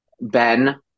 Ben